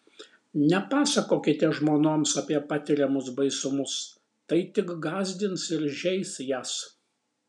nepasakokite žmonoms apie patiriamus baisumus tai tik gąsdins ir žeis jas